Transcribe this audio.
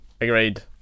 Agreed